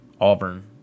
Auburn